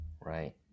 Right